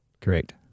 Correct